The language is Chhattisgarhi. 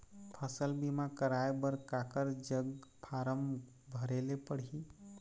फसल बीमा कराए बर काकर जग फारम भरेले पड़ही?